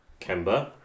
Kemba